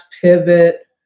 pivot